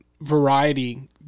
variety